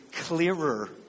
clearer